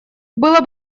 было